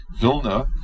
Vilna